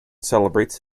celebrates